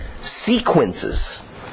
sequences